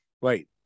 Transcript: Wait